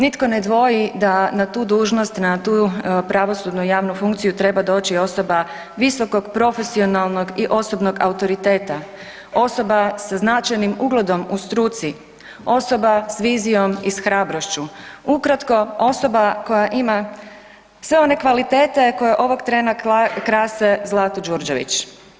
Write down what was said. Nitko ne dvoji da na tu dužnost, na tu pravosudnu i javnu funkciju treba doći osoba visokog profesionalnog i osobnog autoriteta, osoba sa značajnim ugledom u struci, osoba s vizijom i s hrabrošću, ukratko, osoba koja ima sve one kvalitete koje ovog trena krase Zlatu Đurđević.